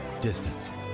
Distance